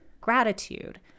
gratitude